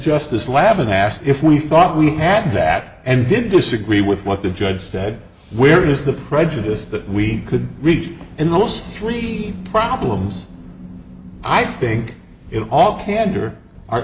justice lavin asked if we thought we had that and didn't disagree with what the judge said where is the prejudice that we could reach and those three problems i think it all candor are